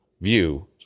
view